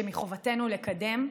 שמחובתנו לקדם.